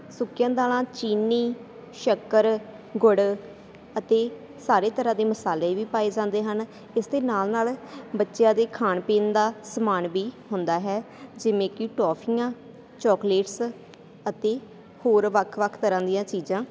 ਸੁੱਕੀਆਂ ਦਾਲਾਂ ਚੀਨੀ ਸ਼ੱਕਰ ਗੁੜ ਅਤੇ ਸਾਰੇ ਤਰ੍ਹਾਂ ਦੇ ਮਸਾਲੇ ਵੀ ਪਾਏ ਜਾਂਦੇ ਹਨ ਇਸ ਦੇ ਨਾਲ ਨਾਲ ਬੱਚਿਆਂ ਦੇ ਖਾਣ ਪੀਣ ਦਾ ਸਮਾਨ ਵੀ ਹੁੰਦਾ ਹੈ ਜਿਵੇਂ ਕਿ ਟੋਫੀਆਂ ਚੋਕਲੇਟਸ ਅਤੇ ਹੋਰ ਵੱਖ ਵੱਖ ਤਰ੍ਹਾਂ ਦੀਆਂ ਚੀਜ਼ਾਂ